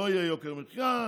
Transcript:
לא יהיה יוקר מחיה,